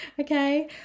okay